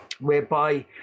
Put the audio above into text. whereby